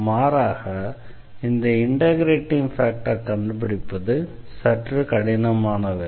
மாறாக இந்த இண்டெக்ரேட்டிங் ஃபேக்டரை கண்டுபிடிப்பது சற்று கடினமான வேலை